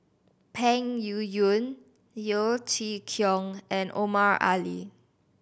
Peng Yuyun Yeo Chee Kiong and Omar Ali